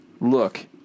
Look